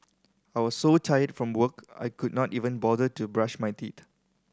I was so tired from work I could not even bother to brush my teed